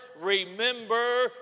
remember